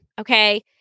okay